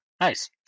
Nice